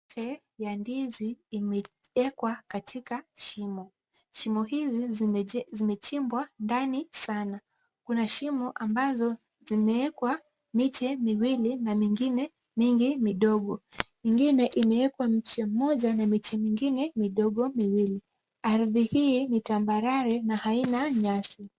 Miche ya ndizi imeekwa katika shimo. Shimo hizi zimechimbwa ndani sana. Kuna shimo ambazo zimewekwa miche miwili na mingine mingi midogo. Ingine imeekwa mche mmoja na miche mingine midogo miwili. Ardhi hii ni tambarare na haina nyasi.